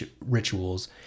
rituals